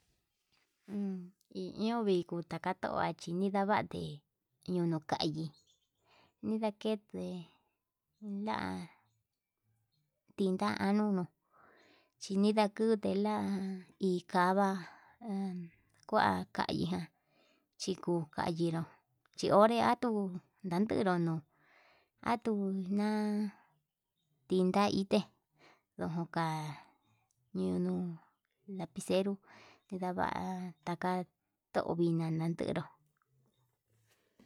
Uun iho niko takachova chí nii ndavate, ñono kayii nidakende la'a tinda anunu chini ndakute la'a, iakava an kua lakaya chikuu kayii yionredo chi onre atuu ndanderu no'o, atuna inta ité ndoka ñunu lapicero nedava taka tovin ndanan ndenró.